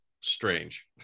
strange